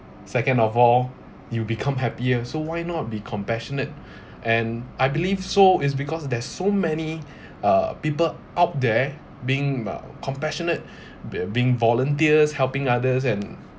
second of all you'll become happier so why not be compassionate and I believe so is because there's so many uh people out there being uh compassionate they're being volunteers helping others and